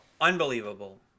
unbelievable